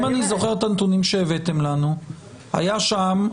אם אני זוכר את הנתונים שהבאתם לנו היה שם,